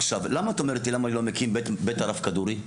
למה את אומרת לי, למה אני לא מקים בית הרב כדורי?